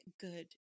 good